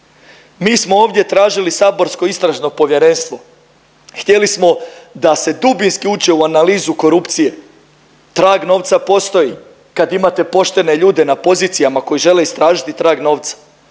Mi smo ovdje tražili saborsko istražno povjerenstvo. Htjeli smo da se dubinski uđe u analizu korupcije. Trag novca postoji kad imate poštene ljude na pozicijama koji žele istražiti trag novca.